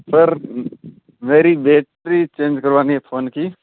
sir मेरी battery change करवानी है फ़ोन की